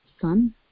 son